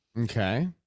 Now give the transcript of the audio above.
Okay